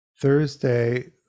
Thursday